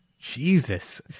Jesus